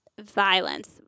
violence